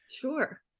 Sure